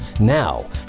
now